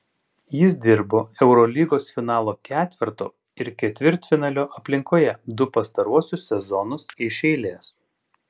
jis dirbo eurolygos finalo ketverto ir ketvirtfinalio aplinkoje du pastaruosius sezonus iš eilės